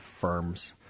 firms